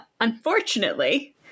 Unfortunately